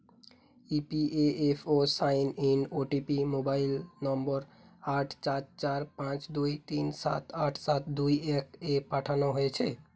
E P A F O sign in O T P mobile number আট চার চার পাঁচ দুই তিন সাত আট সাত দুই এক এ পাঠানো হয়েছে